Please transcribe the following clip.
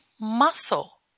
muscle